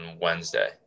Wednesday